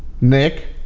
Nick